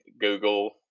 google